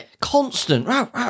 constant